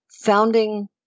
founding